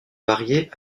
variée